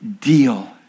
deal